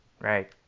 right